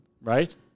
right